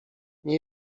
nie